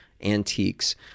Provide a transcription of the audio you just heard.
antiques